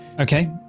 Okay